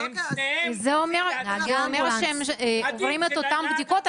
אז אוקיי.אלבר וזה אומר שהם עוברים את אותן בדיקות?